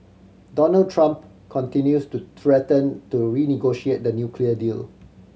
Donald Trump continues to threaten to renegotiate the nuclear deal